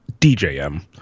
DJM